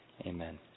Amen